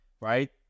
right